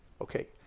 okay